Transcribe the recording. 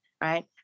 right